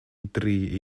dri